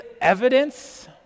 evidence